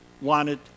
wanted